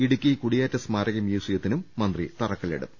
ഇടുക്കി കുടിയേറ്റ സ്മാരക മ്യൂസിയത്തിന് മന്ത്രി തറക്കില്ലിടും